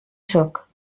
sóc